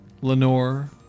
Lenore